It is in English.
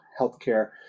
healthcare